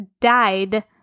died